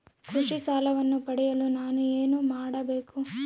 ಕೃಷಿ ಸಾಲವನ್ನು ಪಡೆಯಲು ನಾನು ಏನು ಮಾಡಬೇಕು?